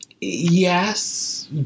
Yes